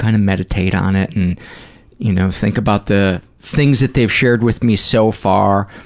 kind of meditate on it and you know think about the things that they've shared with me so far,